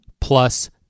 plus